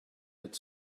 that